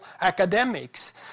academics